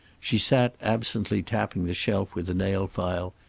she sat, absently tapping the shelf with a nail file,